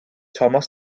tomos